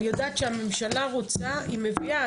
אני יודעת שהממשלה רוצה היא מביאה,